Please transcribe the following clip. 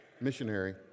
missionary